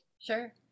Sure